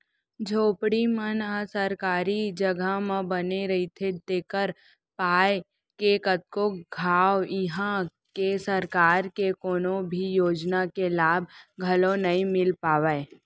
झोपड़ी मन ह सरकारी जघा म बने रहिथे तेखर पाय के कतको घांव इहां के सरकार के कोनो भी योजना के लाभ घलोक नइ मिल पावय